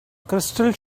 crystal